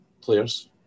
players